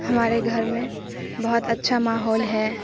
ہمارے گھر میں بہت اچھا ماحول ہے